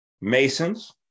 Masons